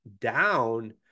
down